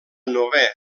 novè